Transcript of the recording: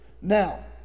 Now